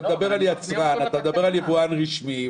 אתה מדבר על יצרן, אתה מדבר על יבואן רשמי.